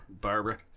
Barbara